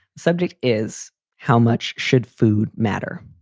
subject is how much should food matter?